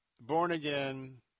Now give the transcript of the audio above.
born-again